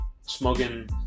smoking